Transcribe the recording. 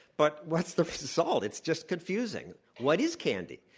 but what's the result? it's just confusing. what is candy?